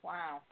Wow